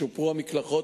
שופרו המקלחות,